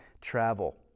travel